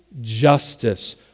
justice